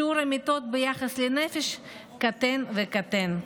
שיעור המיטות ביחס לנפש קטן וקטן.